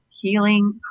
healing